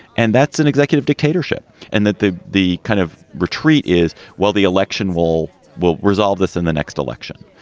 and that's an executive dictatorship. and that the the kind of retreat is well, the election will will resolve this in the next election.